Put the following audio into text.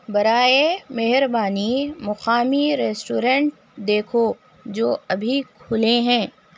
برائے مہربانی مقامی ریسٹورنٹ دیکھو جو ابھی کھلے ہیں